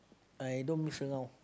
I don't mix around